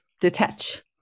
detach